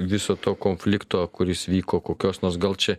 viso to konflikto kuris vyko kokios nors gal čia